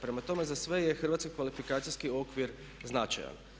Prema tome, za sve je hrvatski kvalifikacijski okvir značajan.